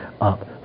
up